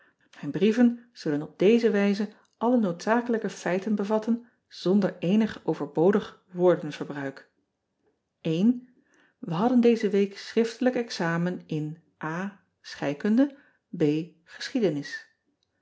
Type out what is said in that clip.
ijn brieven zullen op deze wijze alle noodzakelijke feiten bevatten zonder eenig overbodig woordenverbruik e hadden deze week schriftelijk examen in cheikunde